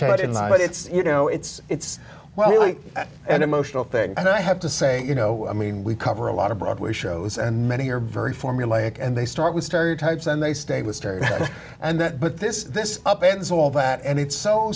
it's you know it's well really an emotional thing and i have to say you know i mean we cover a lot of broadway shows and many are very formulaic and they start with stereotypes and they stay with terry and that but this this up and it's all that and it's so